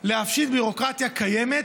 להפשיר ביורוקרטיה קיימת